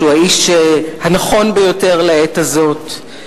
שהוא האיש הנכון ביותר לעת הזאת.